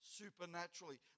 supernaturally